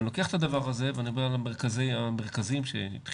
ואני לוקח את הדבר הזה ואני עובר למרכזים שהתחילו,